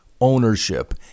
ownership